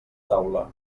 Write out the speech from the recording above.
taula